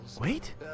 Wait